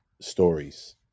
stories